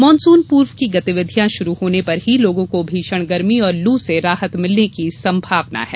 monsoon पूर्व की गतिविधियां शुरू होने पर ही लोगों को भीषण गर्मी और लू से राहत मिलने की संभावना है